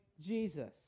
Jesus